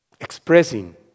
expressing